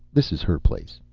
this is her place.